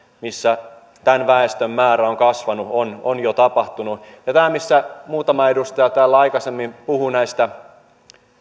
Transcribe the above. missä tämän väestön määrä on kasvanut on on jo tapahtunut ja kun muutama edustaja täällä aikaisemmin puhui näistä